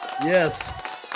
Yes